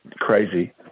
crazy